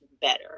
better